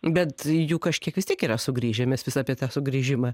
bet jų kažkiek vis tiek yra sugrįžę mes vis apie tą sugrįžimą